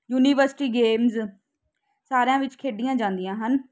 university games ਸਾਰਿਆਂ ਵਿੱਚ ਖੇਡੀਆਂ ਜਾਂਦੀਆਂ ਹਨ